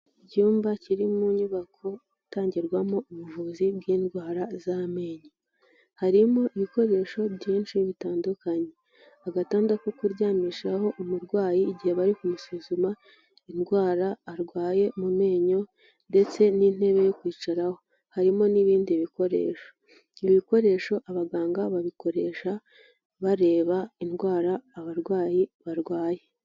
Icyumba kiri mu nyubako itangirwamo ubuvuzi bw'indwara z'amenyo, harimo ibikoresho byinshi bitandukanye, agatanda ko kuryamishaho umurwayi igihe bari kumusuzuma indwara arwaye mu menyo ndetse n'intebe yo kwicaraho harimo n'ibindi bikoresho, ibi bikoresho abaganga babikoresha bareba indwara abarwayi barwaye.